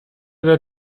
der